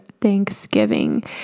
Thanksgiving